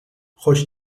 خوش